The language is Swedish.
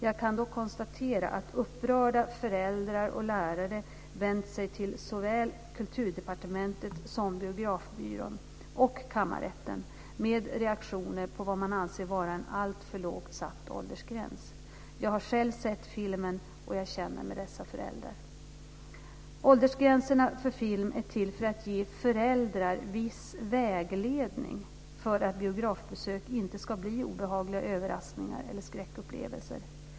Jag kan dock konstatera att upprörda föräldrar och lärare vänt sig såväl till Kulturdepartementet som till Biografbyrån och kammarrätten med reaktioner på vad man anser vara en alltför lågt satt åldersgräns. Jag har själv sett filmen, och jag känner med dessa föräldrar. Åldersgränserna för film är till för att ge föräldrar viss vägledning för att biografbesök inte ska bli obehagliga överraskningar eller skräckupplevelser.